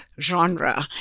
genre